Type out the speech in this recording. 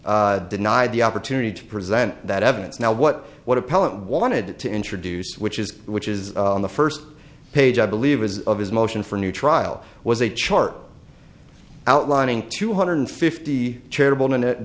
not denied the opportunity to present that evidence now what what appellant wanted to introduce which is which is on the first page i believe as of his motion for new trial was a chart outlining two hundred fifty charitable minute